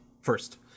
first